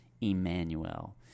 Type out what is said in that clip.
Emmanuel